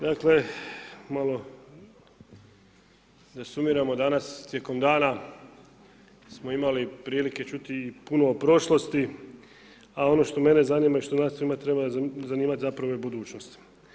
Dakle, malo da sumiramo danas, tijekom dana, smo imali prilike čuti i puno o prošlosti, a ono što mene zanima i što nas sve treba zanimati zapravo je budućnost.